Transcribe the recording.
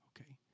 Okay